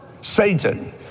Satan